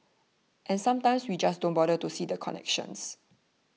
and sometimes we just don't bother to see the connections